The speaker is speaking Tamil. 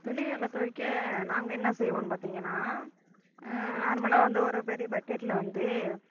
துணிகளை துவைக்க நாங்கள் என்ன செய்வோம்னு பார்த்தீங்கன்னா நார்மலாக வந்து ஒரு பெரிய பக்கெட்டில் வந்து